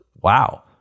wow